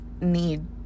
need